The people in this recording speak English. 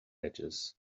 edges